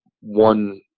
one